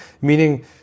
Meaning